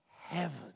heaven